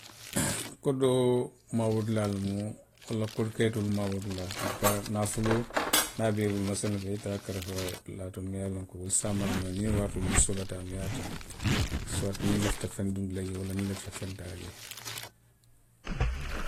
Kodoo maaboo dulaa lemu, walla kodi kayitoolu maaboo dulaa, antukaa naafuloo, niŋ a be i bulumasalaŋ i ye taa a karafa dulaa to miŋ ye a loŋ ko i se a mara noo jee, niŋ waatoo miŋ i soolata a ma i ye a taa. Suwati niŋ i lafita feŋ dundi la jee, walla niŋ i lafita feŋ taa la jee